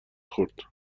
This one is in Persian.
خورد